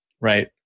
Right